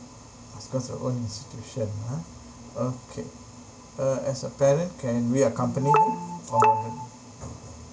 must goes the own institution ah okay uh as a parent can we accompany them or not